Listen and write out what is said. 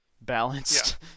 balanced